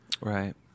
Right